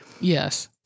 Yes